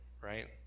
right